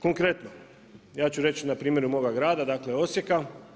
Konkretno ja ću reći na primjeru moga grada, dakle Osijeka.